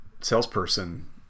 salesperson